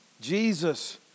Jesus